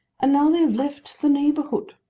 and now they have left the neighbourhood.